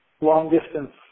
long-distance